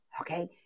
okay